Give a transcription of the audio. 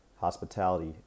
hospitality